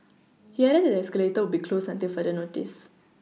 he added that the escalator would be closed until further notice